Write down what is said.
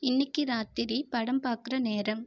இன்னைக்கி ராத்திரி படம் பாக்குற நேரம்